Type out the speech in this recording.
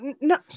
No